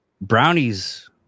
brownies